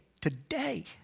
today